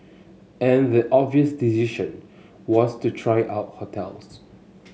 and the obvious decision was to try out hotels